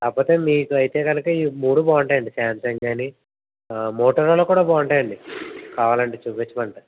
కాకపొతే మీకు అయితే కనుక ఈ మూడు బాగుంటాయండి శాంసంగ్ గానీ మోటోరోలా కూడా బాగుంటాయండి కావాలంటే చూపింఛమంటే